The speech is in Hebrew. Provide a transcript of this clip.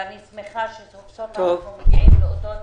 ואני שמחה שסוף סוף אנחנו מגיעים לאותו דיון.